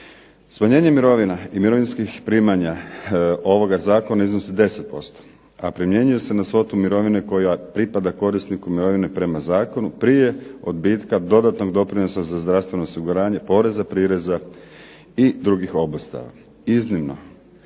Smanjenje mirovina i mirovinskih primanja ovoga zakona iznosi 10%, a primjenjuju se na svotu mirovine koja pripada korisniku mirovine prema zakonu prije odbitka dodatnog doprinosa za zdravstveno osiguranje poreza, prireza i drugih obustava. Iznimno